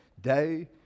day